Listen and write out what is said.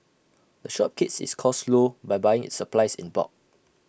the shop keeps its costs low by buying its supplies in bulk